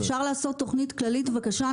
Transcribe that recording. אפשר לעשות תוכנית כללית בבקשה,